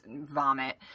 vomit